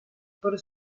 por